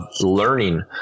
learning